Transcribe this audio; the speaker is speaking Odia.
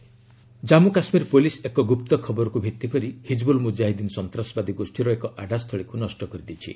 JK arrest Jammu Kashmir police ଏକ ଗୁପ୍ତ ଖବରକୁ ଭିତ୍ତି କରି ହିଜବୁଲ ମୁଜାହିଦ୍ଦିନ ସନ୍ତାସବାଦୀ ଗୋଷ୍ଠୀର ଏକ ଆଡ୍ରା ସ୍ଥଳୀକୁ ନଷ୍ଟ କରିଦେଇଛି